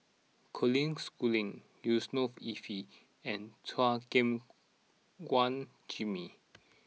Colin Schooling Yusnor Ef and Chua Gim Guan Jimmy